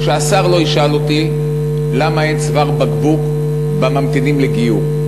שהשר לא ישאל אותי למה אין צוואר בקבוק בממתינים לגיור.